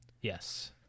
Yes